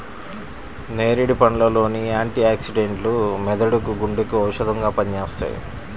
నేరేడు పండ్ల లోని యాంటీ ఆక్సిడెంట్లు మెదడుకు, గుండెకు ఔషధంగా పనిచేస్తాయి